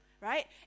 right